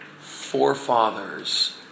forefathers